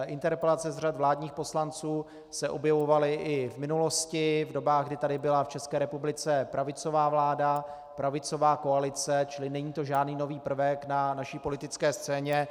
Interpelace z řad vládních poslanců se objevovaly i v minulosti, v dobách, kdy tady byla v České republice pravicová vláda, pravicová koalice, čili není to žádný nový prvek na naší politické scéně.